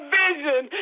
vision